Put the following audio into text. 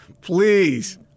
Please